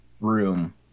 room